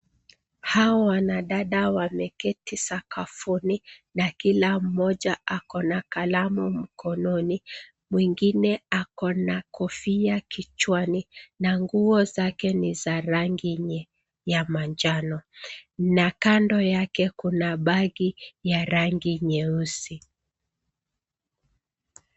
Hawa wanadada wameketi sakafuni na kila mmoja ako na kalamu mkononi mwingine ameshika kichwani na nguo zake ni rangi ya manjano na kando yake kuna bagi ya rangi nyeusi.